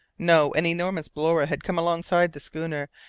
no, an enormous blower had come alongside the schooner,